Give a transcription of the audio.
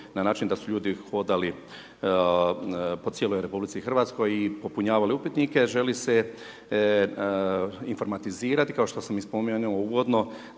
na način da su ljudi hodali po cijeloj RH i popunjavali upitnike želi se informatizirani kao što sam i spomenuo uvodno,